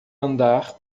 andar